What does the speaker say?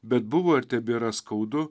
bet buvo ir tebėra skaudu